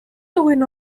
doing